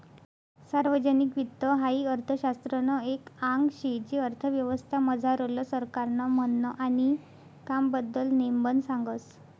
सार्वजनिक वित्त हाई अर्थशास्त्रनं एक आंग शे जे अर्थव्यवस्था मझारलं सरकारनं म्हननं आणि कामबद्दल नेमबन सांगस